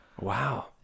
Wow